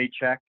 paycheck